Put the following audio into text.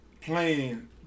plan